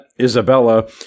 Isabella